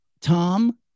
Tom